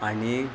आनी